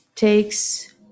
takes